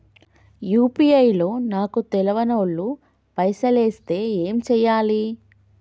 UPI లో నాకు తెల్వనోళ్లు పైసల్ ఎస్తే ఏం చేయాలి?